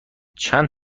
چند